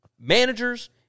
managers